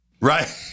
Right